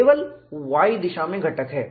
केवल y दिशा में घटक है